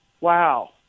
Wow